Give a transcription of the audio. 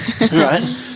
right